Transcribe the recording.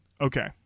Okay